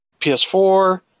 PS4